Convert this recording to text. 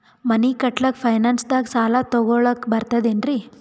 ಮನಿ ಕಟ್ಲಕ್ಕ ಫೈನಾನ್ಸ್ ದಾಗ ಸಾಲ ತೊಗೊಲಕ ಬರ್ತದೇನ್ರಿ?